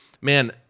man